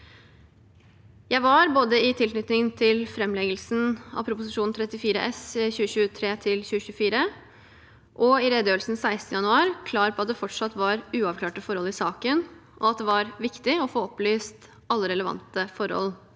Jeg var både i tilknytning til framleggelsen av Prop. 34 S for 2023–2024 og i redegjørelsen 16. januar klar på at det fortsatt var uavklarte forhold i saken, og at det var viktig å få opplyst alle relevante forhold.